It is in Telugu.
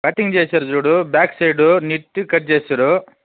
కటింగ్ చేశారు చూడు బ్యాక్సైడ్ నీట్గా కట్ చేశారు